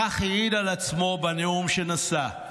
כך העיד על עצמו בנאום שנשא: